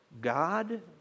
God